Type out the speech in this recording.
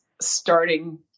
starting